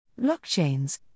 Blockchains